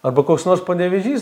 arba koks nors panevėžys